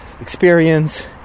experience